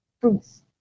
Fruits